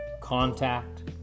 contact